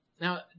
Now